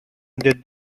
did